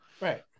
Right